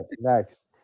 Next